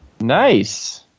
nice